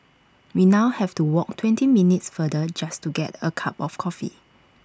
we now have to walk twenty minutes farther just to get A cup of coffee